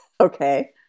Okay